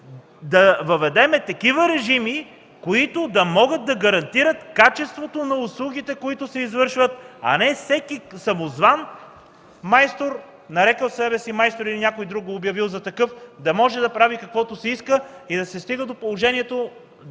да въведем такива режими, които да могат да гарантират качеството на извършваните услуги, а не всеки самозван, нарекъл себе си „майстор”, или някой друг го обявил за такъв, да може да прави каквото си иска и да се стига до положението